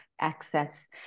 access